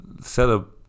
setup